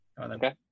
okay